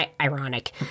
ironic